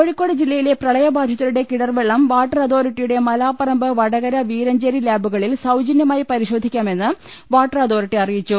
കോഴിക്കോട് ജില്ലയിലെ പ്രളയബാധിതരുടെ കിണർവെള്ളം വാട്ടർ അതോറിറ്റിയുടെ മലാപ്പറമ്പ് വടകര വീരഞ്ചേരി ലാബുക ളിൽ സൌജന്യമായി പരിശോധിക്കാമെന്ന് വാട്ടർ അതോറിറ്റി അറി യിച്ചു